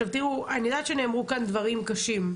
אני יודעת שנאמרו כאן דברים קשים,